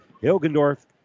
Hilgendorf